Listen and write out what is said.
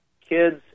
kids